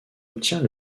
obtient